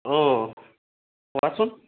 অ কোৱাচোন